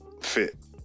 fit